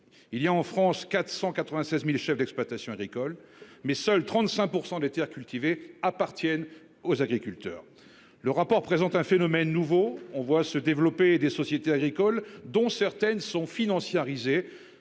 Il y a en France 496.000 chefs d'exploitation agricole. Mais seuls 35% des Terres cultivées appartiennent aux agriculteurs. Le rapport présente un phénomène nouveau, on voit se développer des sociétés agricoles, dont certaines sont financiarisé